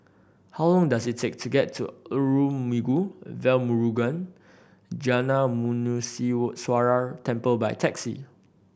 how long does it take to get to Arulmigu Velmurugan Gnanamuneeswarar Temple by taxi